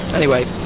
anyway.